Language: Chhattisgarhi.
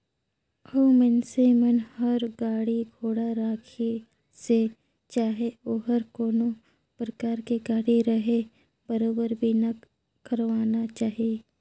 अउ मइनसे मन हर गाड़ी घोड़ा राखिसे चाहे ओहर कोनो परकार के गाड़ी रहें बरोबर बीमा करवाना चाही